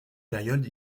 période